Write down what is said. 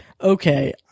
okay